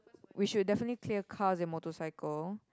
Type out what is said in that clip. we should definitely clear cars and motorcycle